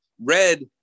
red